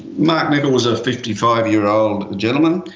mark nichol was a fifty five year old gentleman.